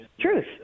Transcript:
Truth